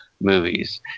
movies